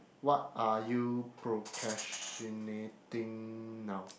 what are you procrastinating now